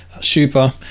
super